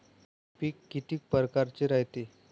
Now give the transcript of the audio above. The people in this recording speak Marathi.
पिकं किती परकारचे रायते?